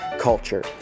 culture